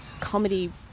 comedy